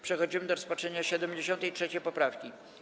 Przechodzimy do rozpatrzenia 73. poprawki.